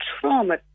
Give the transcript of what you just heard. trauma